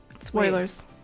spoilers